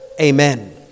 Amen